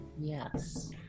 Yes